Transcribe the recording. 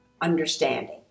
understanding